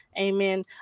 amen